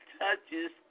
touches